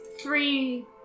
three